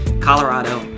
Colorado